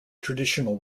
traditional